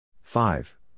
Five